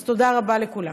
אז תודה רבה לכולם.